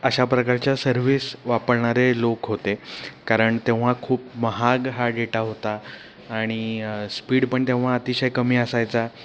अशा प्रकारच्या सर्विस वापरणारे लोक होते कारण तेव्हा खूप महाग हा डेटा होता आणि स्पीड पण तेव्हा अतिशय कमी असायचा